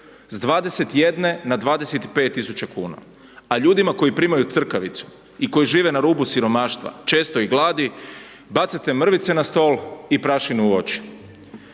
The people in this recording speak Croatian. s 21 na 25.000 kuna, a ljudima koji primaju crkavicu i koji žive na rubu siromaštva često i gladi bacate mrvice na stol i prašinu u oči.